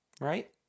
right